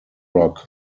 rock